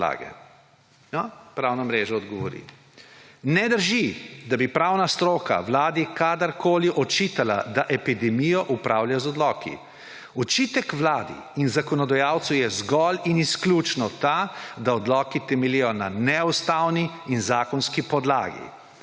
Pravna mreža odgovori: »Ne drži, da bi pravna stroka Vladi kadarkoli očitala, da epidemijo upravlja z odloki. Očitek Vladi in zakonodajalcu je zgolj in izključno ta, da odloki temeljijo na neustavni in zakonski podlagi.«